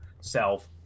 self